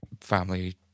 family